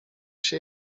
się